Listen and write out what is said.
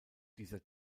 dieser